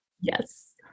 Yes